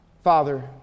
Father